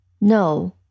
No